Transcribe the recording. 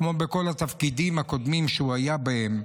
כמו בכל התפקידים הקודמים שהוא היה בהם.